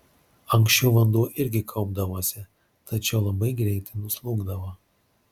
anksčiau vanduo irgi kaupdavosi tačiau labai greitai nuslūgdavo